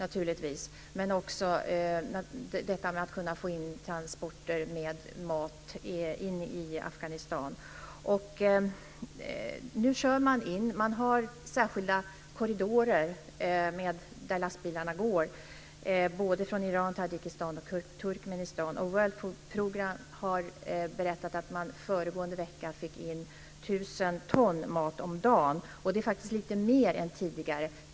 Men det gäller också detta med att kunna få in transporter med mat i Nu finns det särskilda korridorer där lastbilar går från både Iran, Tadjikistan och Turkmenistan. World Food Programme har berättat att man föregående vecka fick in 1 000 ton mat om dagen, och det är faktiskt lite mer än tidigare.